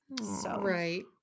Right